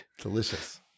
Delicious